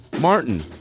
Martin